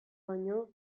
baino